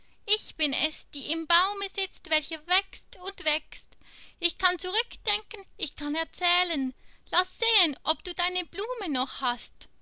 ich bin es die im baume sitzt welcher wächst und wächst ich kann zurückdenken ich kann erzählen laß sehen ob du deine blume noch hast